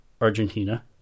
Argentina